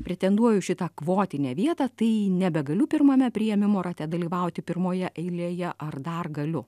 pretenduoju į šitą kvotinę vietą tai nebegaliu pirmame priėmimo rate dalyvauti pirmoje eilėje ar dar galiu